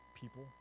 people